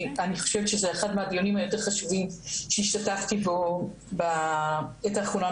אני חושבת שזה אחד מהדיונים היותר חשובים שהשתתפתי בו בעת האחרונה.